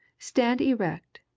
stand erect,